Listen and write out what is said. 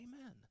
amen